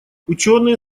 учёные